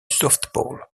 softball